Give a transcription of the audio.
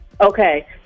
Okay